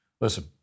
Listen